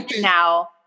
now